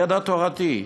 ידע תורתי.